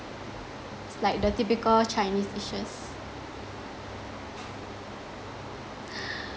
it's like the typical chinese dishes